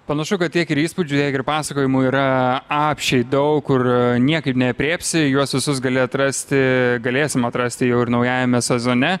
panašu kad tiek ir įspūdžių tiek ir pasakojimų yra apsčiai daug kur niekaip neaprėpsi juos visus gali atrasti galėsim atrasti jau ir naujajame sezone